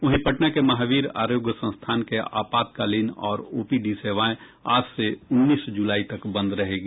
वहीं पटना के महावीर आरोग्य संस्थान के आपातकालीन और ओपीडी सेवाएं आज से उन्नीस जुलाई तक बंद रहेगी